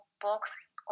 box